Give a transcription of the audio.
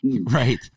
Right